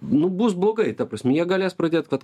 nu bus blogai ta prasme jie galės pradėt vat